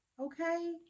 Okay